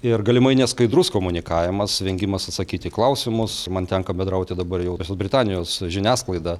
ir galimai neskaidrus komunikavimas vengimas atsakyt į klausimus man tenka bendrauti dabar jau su britanijos žiniasklaida